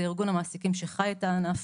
ארגון המעסיקים שחי את הענף.